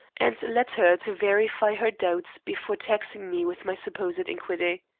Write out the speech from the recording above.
and led her to verify her doubts before taxing me with my supposed iniquity.